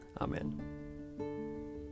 Amen